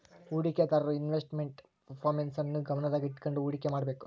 ಹೂಡಿಕೆದಾರರು investment performance ನ್ನು ಗಮನದಾಗ ಇಟ್ಕಂಡು ಹುಡಿಕೆ ಮಾಡ್ಬೇಕು